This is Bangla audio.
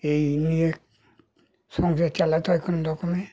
এই নিয়ে সংসার চালাতে হয় কোনো রকমে